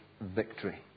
victory